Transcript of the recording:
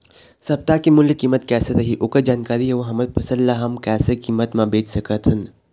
सप्ता के मूल्य कीमत कैसे रही ओकर जानकारी अऊ हमर फसल ला हम कैसे कीमत मा बेच सकत हन?